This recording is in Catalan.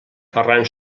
ferran